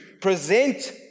present